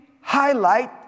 highlight